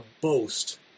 boast